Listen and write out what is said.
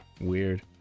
Weird